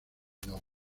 sino